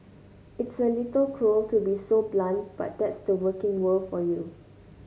it's a little cruel to be so blunt but that's the working world for you